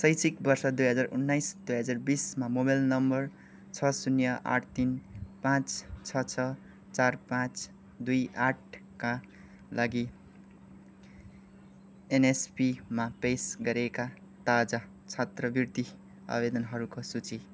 शैक्षिक वर्ष दुई हजार उनाइस दुई हजार बिस मोबाइल नम्बर छ शून्य आठ तिन पाँच छ छ चार पाँच दुई आठका लागि एनएसपीमा पेस गरिएका ताजा छात्रवृत्ति आवेदनहरूको सूची